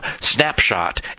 snapshot